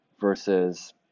versus